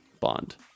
bond